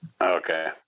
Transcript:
Okay